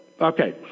Okay